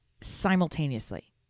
simultaneously